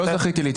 לא זכיתי להתייחס.